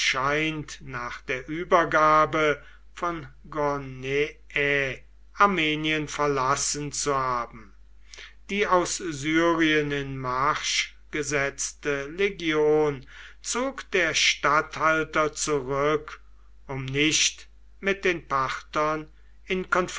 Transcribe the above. nach der übergabe von gorneae armenien verlassen zu haben die aus syrien in marsch gesetzte legion zog der statthalter zurück um nicht mit den parthern